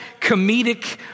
comedic